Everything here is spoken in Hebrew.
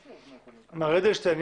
מר' אדלשטיין?